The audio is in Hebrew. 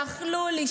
אכלו לי,